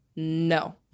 no